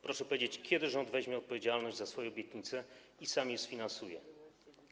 Proszę powiedzieć, kiedy rząd weźmie odpowiedzialność za swoje obietnice i sam je sfinansuje.